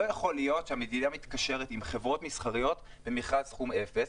לא יכול להיות שהמדינה מתקשרת עם חברות מסחרית במכרז סכום אפס,